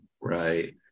right